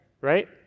Right